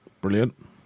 Brilliant